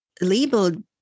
labeled